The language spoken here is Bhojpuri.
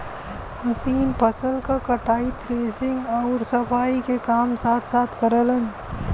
मशीन फसल क कटाई, थ्रेशिंग आउर सफाई के काम साथ साथ करलन